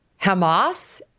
Hamas